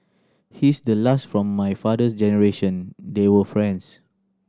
he's the last from my father's generation they were friends